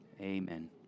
Amen